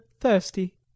thirsty